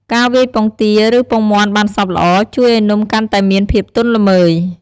ការវាយពងទា ឬពងមាន់បានសព្វល្អ ជួយឱ្យនំកាន់តែមានភាពទន់ល្មើយ។